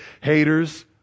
Haters